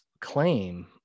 claim